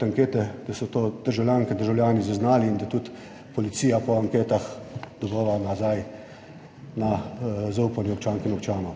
ankete, da so to državljanke in državljani zaznali in da tudi policija po anketah dobiva nazaj na zaupanje občank in občanov.